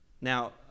Now